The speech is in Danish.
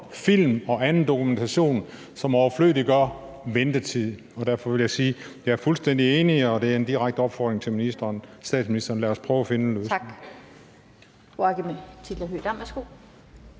film og anden dokumentation, som overflødiggør ventetid, og derfor vil jeg sige, at jeg er fuldstændig enig, og der er en direkte opfordring til statsministeren: Lad os prøve at finde en løsning.